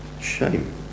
shame